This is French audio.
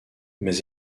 mais